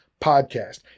podcast